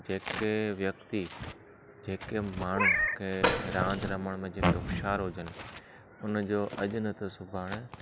जेके व्यक्ती जेके माण्हू कंहिं रांदि रमण में जेके हुशियारु हुजनि उनजो अॼु न त सुभाणे